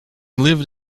lived